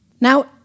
Now